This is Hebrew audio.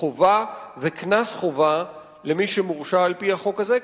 חובה וקנס חובה למי שמורשע על-פי החוק הזה,